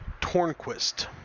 Tornquist